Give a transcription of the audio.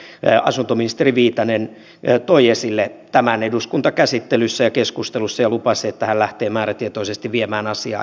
ja silloin asuntoministeri viitanen toi esille tämän eduskuntakäsittelyssä ja keskustelussa ja lupasi että hän lähtee määrätietoisesti viemään asiaa eteenpäin